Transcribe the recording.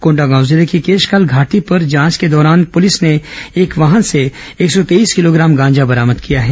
कोंडागांव जिले के केशकाल घाटी पर जांच के दौरान पुलिस ने एक वाहन से एक सौ तेईस किलोग्राम गांजा बरामद किया है